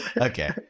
Okay